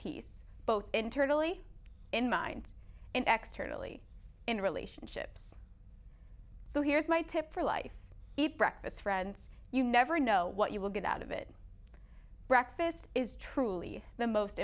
piece both internally in mind and extra early in relationships so here's my tape for life eat breakfast friends you never know what you will get out of it breakfast is truly the most